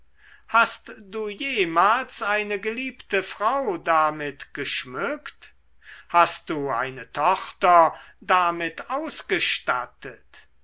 hast du jemals eine geliebte frau damit geschmückt hast du eine tochter damit ausgestattet